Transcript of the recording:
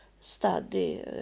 study